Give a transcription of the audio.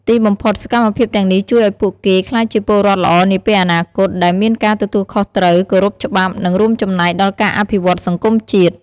ទីបំផុត សកម្មភាពទាំងនេះជួយអោយពួកគេ ក្លាយជាពលរដ្ឋល្អនាពេលអនាគត ដែលមានការទទួលខុសត្រូវ គោរពច្បាប់ និងរួមចំណែកដល់ការអភិវឌ្ឍសង្គមជាតិ។